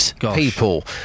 people